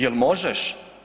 Jel' možeš?